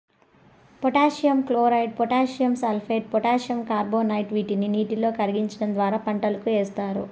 potassium chloride, potassium sulphate, potassium carbonate వీటిని నీటిలో కరిగించడం ద్వారా పంటలకు ఏస్తారు